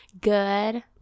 Good